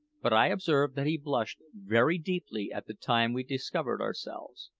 but i observed that he blushed very deeply at the time we discovered ourselves,